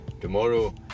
tomorrow